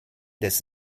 des